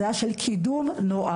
זה היה של קידום נוער.